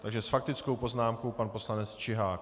Takže s faktickou poznámkou pan poslanec Čihák.